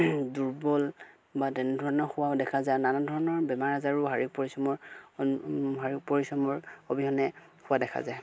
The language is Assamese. দুৰ্বল বা তেনেধৰণৰ হোৱাও দেখা যায় নানান ধৰণৰ বেমাৰ আজাৰো শাৰীৰিক পৰিশ্ৰমৰ শাৰীৰিক পৰিশ্ৰমৰ অবিহনে হোৱা দেখা যায়